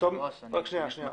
היא לא אתי.